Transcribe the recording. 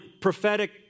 prophetic